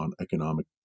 economic